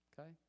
okay